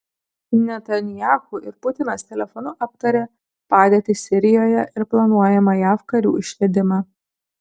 netanyahu ir putinas telefonu aptarė padėtį sirijoje ir planuojamą jav karių išvedimą